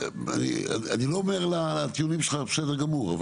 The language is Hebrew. אני לא אומר לטיעונים שלך בסדר גמור.